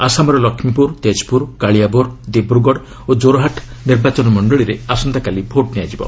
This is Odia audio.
ଆସାମର ଲକ୍ଷ୍ମୀପୁର ତେଜ୍ପୁର କାଳିଆବୋର୍ ଦିବ୍ରଗଡ଼ ଓ କୋର୍ହାଟ୍ ନିର୍ବାଚନ ମଣ୍ଡଳୀରେ ଆସନ୍ତାକାଲି ଭୋଟ୍ ନିଆଯିବ